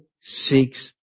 seeks